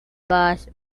boss